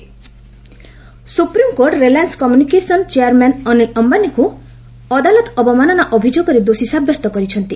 SC Ambani supreme court Reliance Communications chairman Anil ଅମ୍ଭାନୀଙ୍କୁ ଅଦାଲତ ଅବମାନନା ଅଭିଯୋଗରେ ଦୋଷୀ ସାବ୍ୟସ୍ତ କରିଛନ୍ତି